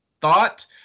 thought